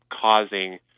causing